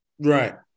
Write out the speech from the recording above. Right